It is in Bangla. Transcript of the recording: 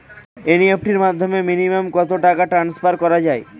এন.ই.এফ.টি র মাধ্যমে মিনিমাম কত টাকা ট্রান্সফার করা যায়?